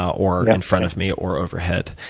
or in front of me, or overhead.